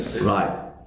Right